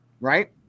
right